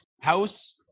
house